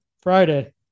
Friday